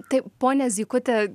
taip ponia zykute